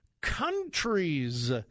countries